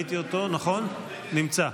ראיתי אותו, הוא נמצא.